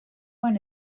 one